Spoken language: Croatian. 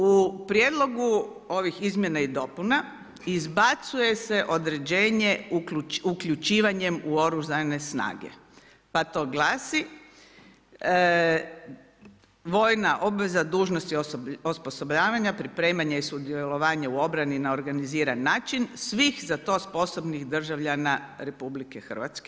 U prijedlogu ovih izmjena i dopuna, izbacuje se određenje uključivanjem u oružane snage, pa to glasi vojna obveza dužna osposobljavanja, pripremanja i sudjelovanja u obrani na organiziran način svih za to sposobnih državljana RH.